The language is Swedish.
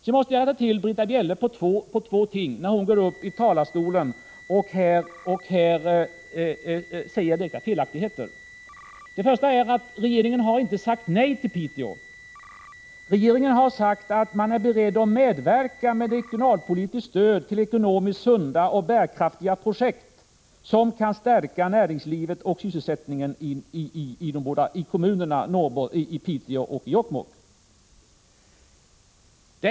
Sedan måste jag rätta till Britta Bjelle på två punkter, när hon går upp i talarstolen och säger felaktigheter. För det första har regeringen inte sagt nej till Piteå. Regeringen har sagt att man är beredd att medverka med regionalpolitiskt stöd till ekonomiskt sunda och bärkraftiga projekt, som kan stärka näringslivet och sysselsättningen i Piteå och i Jokkmokks kommuner.